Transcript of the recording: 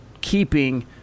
keeping